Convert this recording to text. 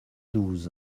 douze